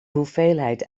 hoeveelheid